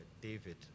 David